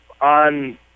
on